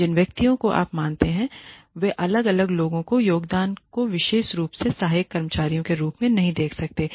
जिन व्यक्तियों को आप जानते हैं वे अलग अलग लोगों के योगदान को विशेष रूप से सहायक कर्मचारियों के रूप में नहीं देख सकते हैं